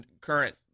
current